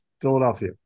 Philadelphia